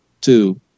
two